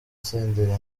senderi